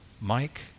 Mike